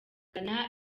ghana